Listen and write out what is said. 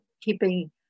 keeping